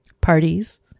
parties